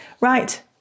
Right